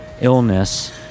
illness